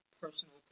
personal